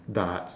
darts